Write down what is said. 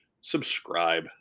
subscribe